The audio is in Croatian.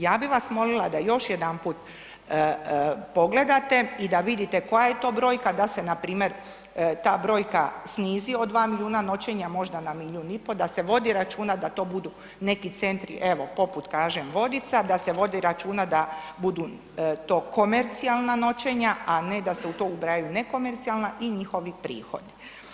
Ja bih vas molila da još jedanput pogledate i da vidite koja je to brojka, da se npr. ta brojka snizi od 2 milijuna noćenja možda na 1,5 milijun da se vodi računa da to budu neki centri evo poput kažem Vodica, da se vodi računa da budu to komercijalna noćenja, a ne da se u to ubrajaju nekomercijalna i njihovi prihodi.